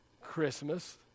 Christmas